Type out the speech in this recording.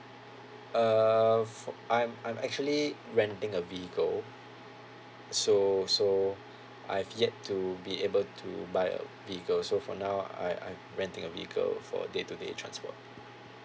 uh f~ I'm I'm actually renting a vehicle so so I've yet to be able to buy a vehicle so for now I I renting a vehicle for day to day transport